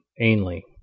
Ainley